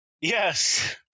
Yes